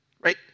right